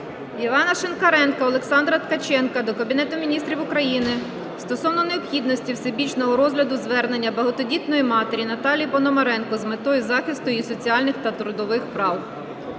Івана Шинкаренка та Олександра Ткаченка до Кабінету Міністрів України стосовно необхідності всебічного розгляду звернення багатодітної матері Наталії Пономаренко з метою захисту її соціальних та трудових прав.